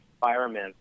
firemen